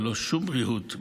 ללא שום ריהוט,